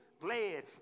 bled